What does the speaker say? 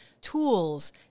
tools